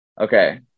Okay